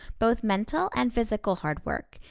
both mental and physical hard work,